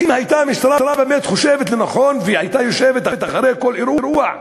אם הייתה המשטרה באמת חושבת לנכון והייתה יושבת אחרי כל אירוע,